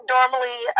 Normally